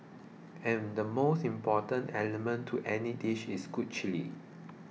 and the most important element to any dishes is good chilli